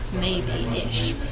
maybe-ish